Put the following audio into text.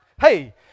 Hey